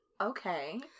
Okay